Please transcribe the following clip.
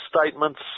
statements